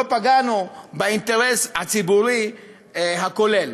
לא פגענו באינטרס הציבורי הכולל.